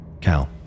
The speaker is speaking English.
Cal